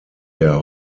der